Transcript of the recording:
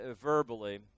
verbally